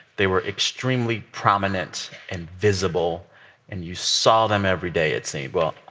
they were extremely prominent and visible and you saw them every day it seemed. well,